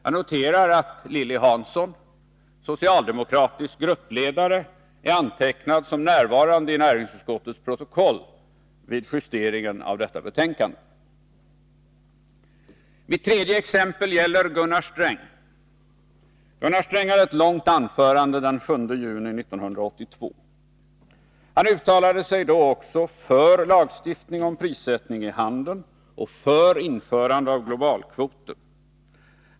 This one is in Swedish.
Jag noterar att Lilly Hansson, socialdemokratisk gruppledare, i näringsutskottets protokoll är antecknad som närvarande vid justeringen av detta betänkande. 3. Gunnar Sträng hade ett långt anförande den 7 juni 1982. Han uttalade sig då också för lagstiftning om prissättning i handeln och för införande av globalkvoter.